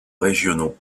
régionaux